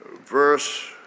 verse